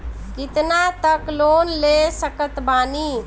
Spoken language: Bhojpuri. कितना तक लोन ले सकत बानी?